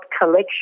collection